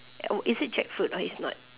uh is it jackfruit or it's not